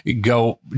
go